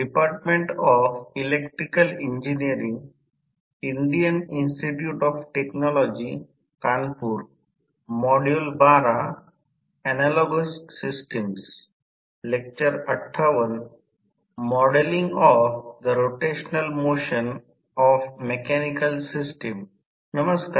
नमस्कार